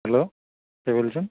hello কে বলছেন